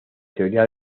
teoría